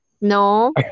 No